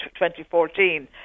2014